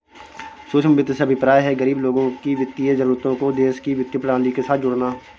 सूक्ष्म वित्त से अभिप्राय है, गरीब लोगों की वित्तीय जरूरतों को देश की वित्तीय प्रणाली के साथ जोड़ना